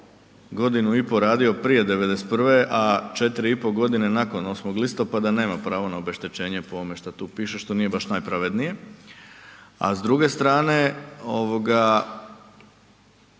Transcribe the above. godinu i pol radio prije '91., a četiri i pol godine nakon 8. listopada nema pravo na obeštećenje po ovome što tu piše što nije baš najpravednije, a s druge strane postavlja